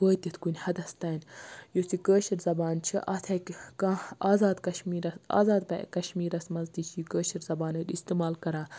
وٲتِتھ کُنہِ حَدَس تانۍ یُتھ یہِ کٲشِر زَبان چھِ اتھ ہیٚکہِ کانٛہہ آزاد کَشمیرَس آزاد کَشمیرَس مَنٛز تہِ چھِ یہِ کٲشٕر زَبان أڈۍ اِستعمال کَران